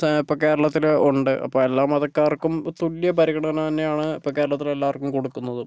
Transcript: ഇപ്പോൾ കേരളത്തിൽ ഉണ്ട് അപ്പോൾ എല്ലാ മതക്കാർക്കും തുല്യപരിഗണന തന്നെയാണ് ഇപ്പോൾ കേരളത്തിൽ എല്ലാവർക്കും കൊടുക്കുന്നതും